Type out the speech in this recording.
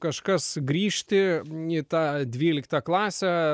kažkas grįžti į tą dvyliktą klasę